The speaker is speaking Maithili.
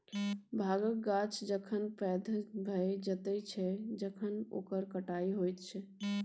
भाँगक गाछ जखन पैघ भए जाइत छै तखन ओकर कटाई होइत छै